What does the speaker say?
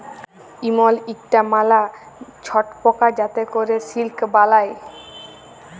ইমল ইকটা ম্যালা ছট পকা যাতে ক্যরে সিল্ক বালাই